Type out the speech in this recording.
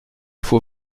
faut